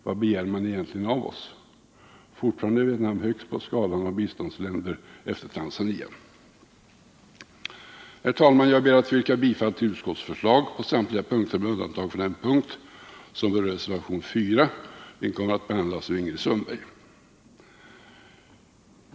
Vad begär man egentligen av oss? Fortfarande är Vietnam högst på skalan av våra biståndsländer efter Tanzania. Herr talman! Jag ber att få yrka bifall till utskottets förslag på samtliga punkter med undantag för den punkt som berör reservation nr 4, vilken kommer att behandlas av Ingrid Sundberg.